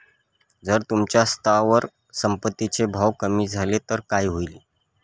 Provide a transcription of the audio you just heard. जर तुमच्या स्थावर संपत्ती चे भाव कमी झाले तर काय होईल?